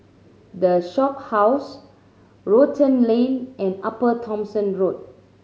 The Shophouse Rotan Lane and Upper Thomson Road